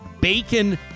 Bacon